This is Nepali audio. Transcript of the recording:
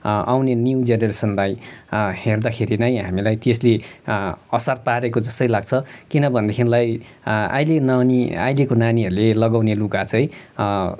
आउने न्यु जेनेरेसनलाई हेर्दाखेरि नै हामीलाई त्यसले असर पारेको जस्तै लाग्छ किनभनेदेखिलाई अहिले नानी अहिलेको नानीहरूले लगाउने लुगा चाहिँ